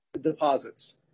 deposits